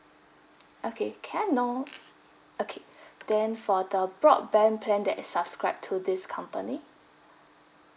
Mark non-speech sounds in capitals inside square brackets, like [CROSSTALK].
okay can I know okay [BREATH] then for the broadband plan that is subscribed to this company